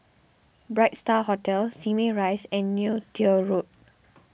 Bright Star Hotel Simei Rise and Neo Tiew Road